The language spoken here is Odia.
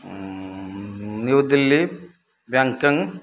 new Delhi Bangkok